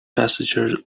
passengers